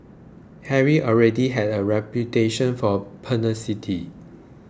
harry already had a reputation for pugnacity